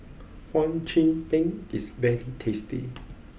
Hum Chim Peng is very tasty